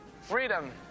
freedom